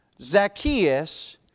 Zacchaeus